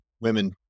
women